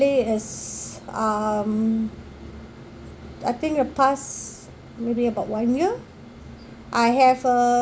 actually is um I think the past maybe about one year I have a